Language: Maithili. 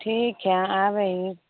ठीक छै अहाँ आबै हिए